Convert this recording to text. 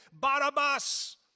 Barabbas